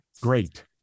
Great